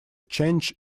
change